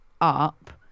up